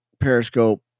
periscope